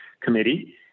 committee